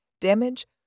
damage